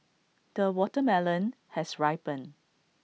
the watermelon has ripened